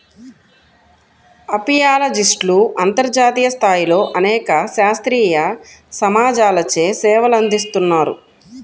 అపియాలజిస్ట్లు అంతర్జాతీయ స్థాయిలో అనేక శాస్త్రీయ సమాజాలచే సేవలందిస్తున్నారు